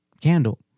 candle